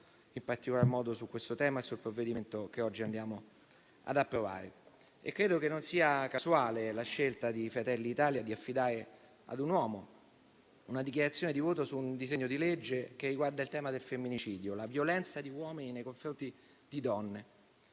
che hanno lavorato su questo tema e sul provvedimento che oggi andiamo ad approvare. Credo che non sia casuale la scelta di Fratelli d'Italia di affidare a un uomo la dichiarazione di voto su un disegno di legge che riguarda il tema del femminicidio, la violenza di uomini nei confronti di donne.